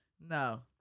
No